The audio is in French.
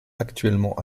actuellement